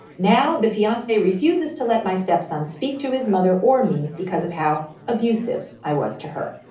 now the fiance refuses to let my stepson speak to his mother or me because of how abusive i was to her.